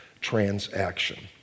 transaction